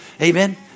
Amen